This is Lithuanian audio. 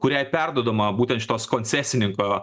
kuriai perduodama būtent šitos koncesininko